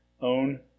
own